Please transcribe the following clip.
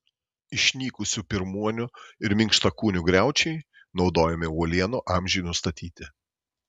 išnykusių pirmuonių ir minkštakūnių griaučiai naudojami uolienų amžiui nustatyti